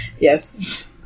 Yes